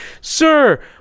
sir